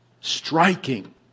Striking